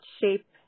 shape